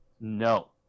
No